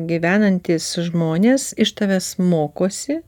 gyvenantys žmonės iš tavęs mokosi